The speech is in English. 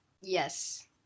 Yes